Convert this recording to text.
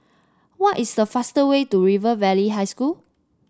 what is the fastest way to River Valley High School